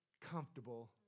comfortable